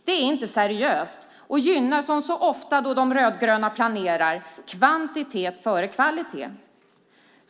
Det är inte seriöst och gynnar, som så ofta då de rödgröna planerar, kvantitet före kvalitet.